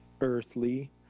earthly